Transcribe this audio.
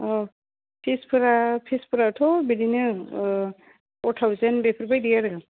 अ फिसफोरा फिसफोराथ' बिदिनो फर थावसेन्ड बेफोरबायदि आरो